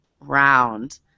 round